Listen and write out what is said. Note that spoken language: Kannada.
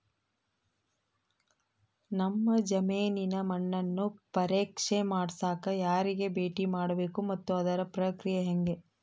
ನಮ್ಮ ಜಮೇನಿನ ಮಣ್ಣನ್ನು ಪರೇಕ್ಷೆ ಮಾಡ್ಸಕ ಯಾರಿಗೆ ಭೇಟಿ ಮಾಡಬೇಕು ಮತ್ತು ಅದರ ಪ್ರಕ್ರಿಯೆ ಹೆಂಗೆ?